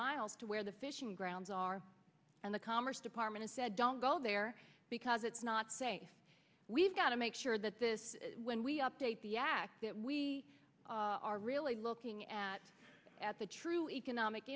miles to where the fishing grounds are and the commerce department said don't go there because it's not safe we've got to make sure that this is when we update the act that we are really looking at at the true economic